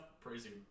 praising